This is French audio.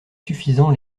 suffisants